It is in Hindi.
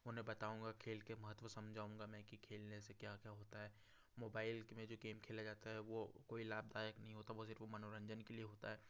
उन्हें बताऊँगा खेल के महत्व समझाऊँगा मैं कि खेलने से क्या क्या होता है मोबाइल में जो गेम खेला जाता है वो कोई लाभदायक नहीं होता वो सिर्फ मनोरंजन के लिए होता है